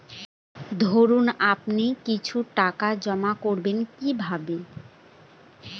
ধরুন আপনি কিছু টাকা জমা করবেন কিভাবে?